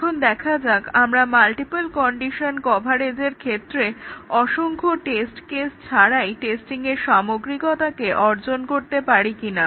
এখন দেখা যাক আমরা মাল্টিপল কন্ডিশন কভারেজের ক্ষেত্রে অসংখ্য টেস্ট কেস ছাড়াই টেস্টিংয়ের সামগ্রিকতাকে অর্জন করতে পারি কিনা